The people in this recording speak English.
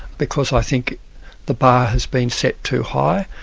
because i think the bar has been set too high,